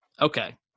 Okay